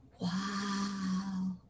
wow